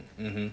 mmhmm